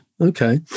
Okay